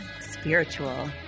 Spiritual